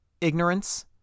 ignorance